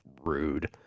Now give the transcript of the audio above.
Rude